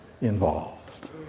involved